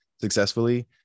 successfully